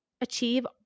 achieve